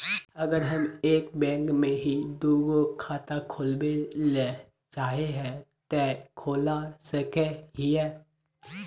अगर हम एक बैंक में ही दुगो खाता खोलबे ले चाहे है ते खोला सके हिये?